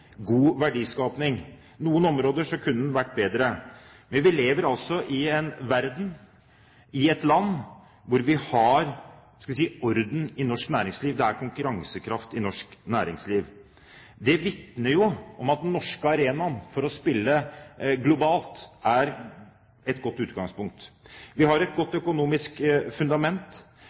god verdiskaping. På noen områder kunne det ha vært bedre, men vi lever altså i en verden, i et land, hvor vi har orden i norsk næringsliv. Det er konkurransekraft i norsk næringsliv. Det vitner om at den norske arenaen for å spille globalt er et godt utgangspunkt. Vi har et godt økonomisk fundament,